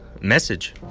message